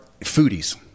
foodies